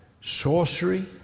sorcery